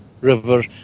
river